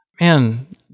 Man